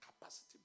Capacity